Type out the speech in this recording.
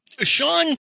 Sean